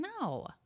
No